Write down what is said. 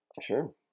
Sure